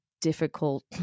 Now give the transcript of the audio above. Difficult